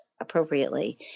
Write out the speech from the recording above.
appropriately